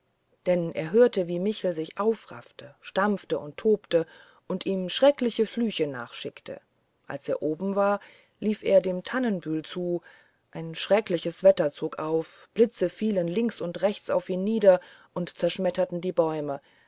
denn er hörte daß michel sich aufraffte stampfte und tobte und ihm schreckliche flüche nachschickte als er oben war lief er dem tannenbühl zu ein schreckliches wetter zog auf blitze fielen links und rechts an ihm nieder und zerschmetterten die bäume